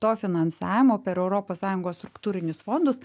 to finansavimo per europos sąjungos struktūrinius fondus